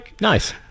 Nice